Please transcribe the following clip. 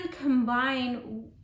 combine